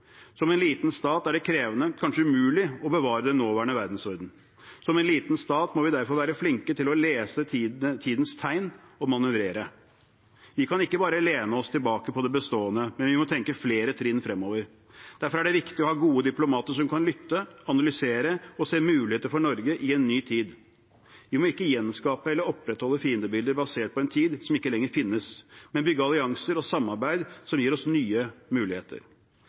Som en liten stat er det krevende, kanskje umulig, å bevare den nåværende verdensordenen. Som en liten stat må vi derfor være flinke til å lese tidens tegn og manøvrere. Vi kan ikke bare støtte oss til det bestående, men vi må tenke flere trinn fremover. Derfor er det viktig å ha gode diplomater som kan lytte, analysere og se muligheter for Norge i en ny tid. Vi må ikke gjenskape eller opprettholde fiendebilder basert på en tid som ikke lenger finnes, men bygge allianser og samarbeid som gir oss nye muligheter.